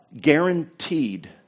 guaranteed